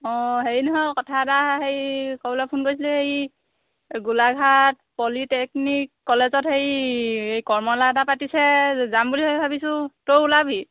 অঁ হেৰি নহয় কথা এটা হেৰি ক'বলৈ ফোন কৰিছিলোঁ হেৰি গোলাঘাট পলিটেকনিক কলেজত হেৰি এই কৰ্মশালা এটা পাতিছে যাম বুলি ভাবিছোঁ তইয়ো ওলাবি